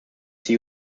die